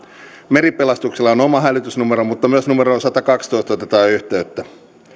meripelastuksella on oma hälytysnumero mutta myös numeroon sataankahteentoista otetaan yhteyttä